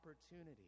opportunity